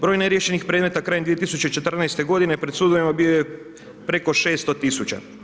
Broj neriješenih predmeta krajem 2014. godine pred sudovima bio je preko 600 tisuća.